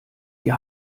die